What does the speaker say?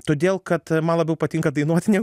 todėl kad man labiau patinka dainuoti negu